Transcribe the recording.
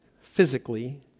physically